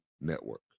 Network